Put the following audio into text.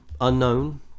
unknown